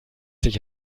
sich